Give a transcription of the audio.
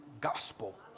gospel